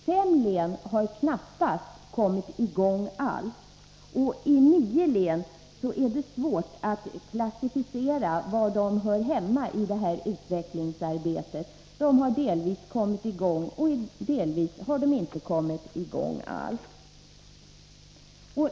Fem län har knappast kommit i gång alls, och beträffande nio län är det svårt att klassificera var de hör hemma i det här utvecklingsarbetet. De har delvis kommit i gång, delvis inte.